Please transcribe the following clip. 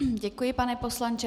Děkuji, pane poslanče.